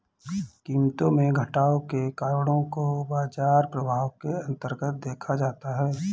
कीमतों में घटाव के कारणों को बाजार प्रभाव के अन्तर्गत देखा जाता है